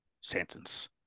sentence